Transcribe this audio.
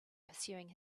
pursuing